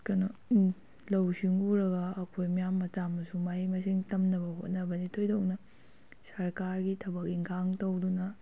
ꯀꯩꯅꯣ ꯂꯧꯁꯤꯡ ꯎꯔꯒ ꯑꯩꯈꯣꯏ ꯃꯌꯥꯝ ꯃꯆꯥ ꯃꯁꯨ ꯃꯍꯩ ꯃꯁꯤꯡ ꯇꯝꯅꯕ ꯍꯣꯠꯅꯕꯁꯤ ꯊꯣꯏꯗꯣꯛꯅ ꯁꯔꯀꯥꯔꯒꯤ ꯊꯕꯛ ꯏꯪꯈꯥꯡ ꯇꯧꯗꯨꯅ